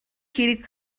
хэрэг